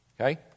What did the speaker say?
Okay